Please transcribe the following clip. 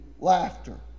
laughter